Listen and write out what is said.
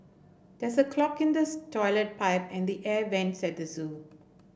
there's a clog in the toilet pipe and the air vents at the zoo